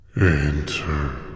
Enter